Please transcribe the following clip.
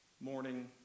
morning